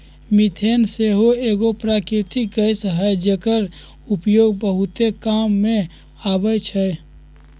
methane सेहो एगो प्राकृतिक गैस हई जेकर उपयोग बहुते काम मे अबइ छइ